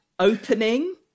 Opening